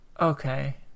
Okay